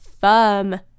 firm